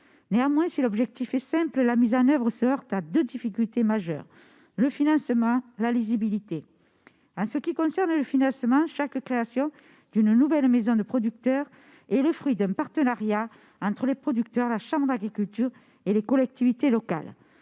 Néanmoins, si l'objectif est simple, la mise en oeuvre se heurte à deux difficultés majeures : le financement et la lisibilité. En ce qui concerne le financement, chaque création d'une nouvelle maison des producteurs est le fruit d'un partenariat entre les producteurs, la chambre d'agriculture et les collectivités locales.